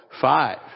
Five